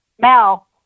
Mel